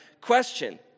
question